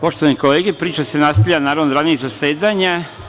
Poštovane kolege, priča se nastavlja, naravno od ranijih zasedanja.